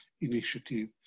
initiative